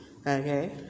okay